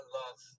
love